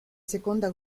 seconda